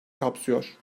kapsıyor